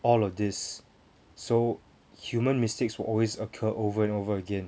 all of this so human mistakes will always occur over and over again